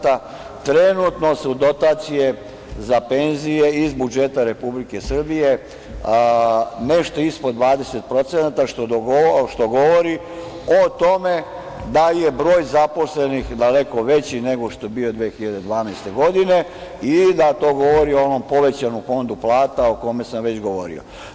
Trenutno su dotacije za penzije iz budžeta Republike Srbije nešto ispod 20%, što govori o tome da je broj zaposlenih daleko veći nego što je bio 2012. godine i da to govori o onom povećanom fondu plata o kome sam već govorio.